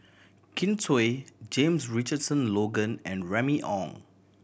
Kin Chui James Richardson Logan and Remy Ong